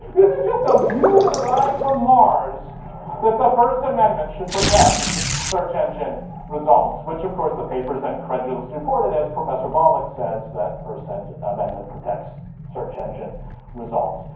this is just a view that arrived from mars that the first amendment should protect search engine results. which, of course, the paper is then credulously reported as professor volokh says that first amendment protects search engine results.